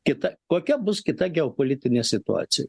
kita kokia bus kita geopolitinė situacija